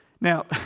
Now